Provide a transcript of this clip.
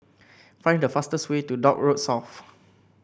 find the fastest way to Dock Road South